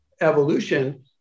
evolution